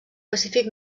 pacífic